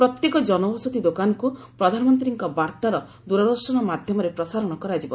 ପ୍ରତ୍ୟେକ ଜନଔଷଧୀ ଦୋକାନକୁ ପ୍ରଧାନମନ୍ତ୍ରୀଙ୍କ ବାର୍ତ୍ତାର ଦୂରଦର୍ଶନ ମାଧ୍ୟମରେ ପ୍ରସାରଣ କରାଯିବ